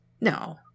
No